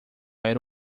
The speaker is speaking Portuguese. era